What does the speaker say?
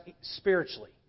spiritually